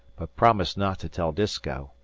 but promised not to tell disko,